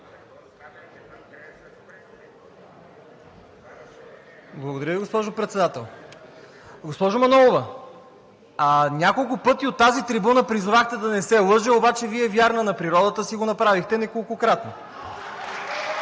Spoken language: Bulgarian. Благодаря Ви, госпожо Председател. Госпожо Манолова, няколко пъти от тази трибуна призовахте да не се лъже, обаче, Вие, вярна на природата си, го направихте неколкократно.